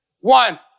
One